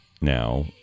now